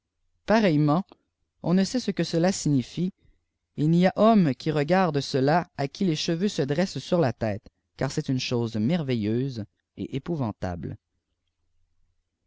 pareillement on ne sait c que cela signifie et n'y a homme qui regarde cela à qui les cheveux ne dressent sur la tétç car c'est une chose merveilleuse et épouvantable